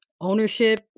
ownership